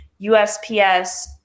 USPS